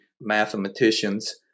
mathematicians